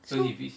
how